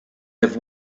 have